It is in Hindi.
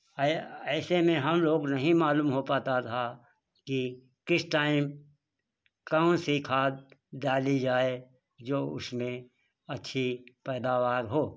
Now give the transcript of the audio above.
ऐ ऐसे में हम लोग नहीं मालूम हो पाता था कि किस टाइम कौन सी खाद डाली जाए जो उसमें अच्छी पैदावार हो